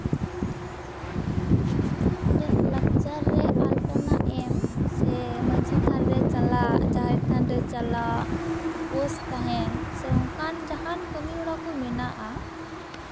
ᱤᱧᱟᱹᱜ ᱞᱟᱠᱪᱟᱨ ᱨᱮ ᱟᱞᱯᱚᱱᱟ ᱮᱢ ᱥᱮ ᱢᱟᱹᱡᱷᱤ ᱛᱷᱟᱱ ᱨᱮ ᱪᱟᱞᱟᱜ ᱡᱟᱦᱮᱨ ᱛᱷᱟᱱ ᱨᱮ ᱪᱟᱞᱟᱜ ᱥᱮ ᱩᱯᱟᱹᱥ ᱛᱟᱦᱮᱱ ᱥᱮ ᱚᱱᱠᱟᱱ ᱡᱟᱦᱟᱸ ᱠᱟᱹᱢᱤᱦᱚᱨᱟ ᱠᱚ ᱢᱮᱱᱟᱜᱼᱟ